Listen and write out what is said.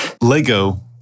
Lego